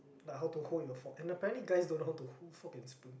like how to hold your fork and apparently guys don't know how to hold fork and spoon